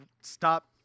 stop